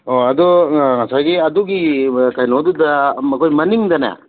ꯑꯣ ꯑꯗꯨ ꯉꯁꯥꯏꯒꯤ ꯑꯗꯨꯒꯤ ꯀꯩꯅꯣꯗꯨꯗ ꯑꯩꯈꯣꯏ ꯃꯅꯤꯡꯗꯅꯦ